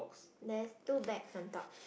there's two bags on top